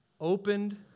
opened